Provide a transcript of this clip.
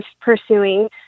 pursuing